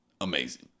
amazing